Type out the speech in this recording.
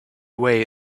way